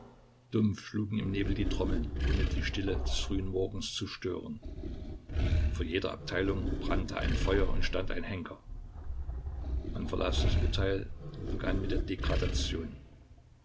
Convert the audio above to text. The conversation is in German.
dumpf schlugen im nebel die trommeln ohne die stille des frühen morgens zu stören vor jeder abteilung brannte ein feuer und stand ein henker man verlas das urteil und begann mit der degradation